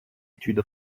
étude